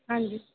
ਹਾਂਜੀ